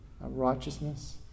righteousness